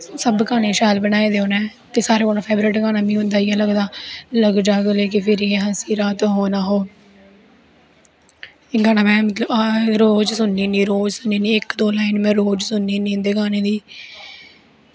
सब गाने शैल बनाए दे उनैं सारें कोला फेवरट गाना मिगी उंदा इयै लगदा लगजा गले कि फिर जे रात हो ना हो एह् गाना मतलव में रोज़ सुननी होनी रोज़ सुननी होनी इक दो लाईन में रोज़ सुननी होनी इंदी गाने दी